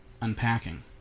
unpacking